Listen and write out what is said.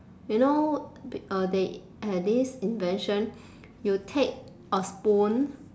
you know uh they have this invention you take a spoon